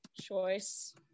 Choice